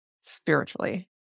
spiritually